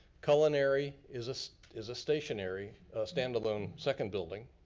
culinary is so is a stationary standalone second building.